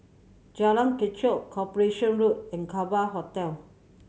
Jalan Kechot Corporation Road in Kerbau Hotel